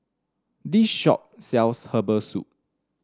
this shop sells Herbal Soup